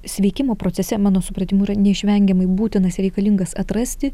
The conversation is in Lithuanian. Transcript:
sveikimo procese mano supratimu yra neišvengiamai būtinas reikalingas atrasti